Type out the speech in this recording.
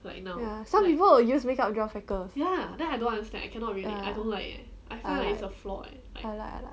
ya some people will use make up of draw up freckles ya ya ah !alah!